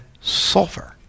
sulfur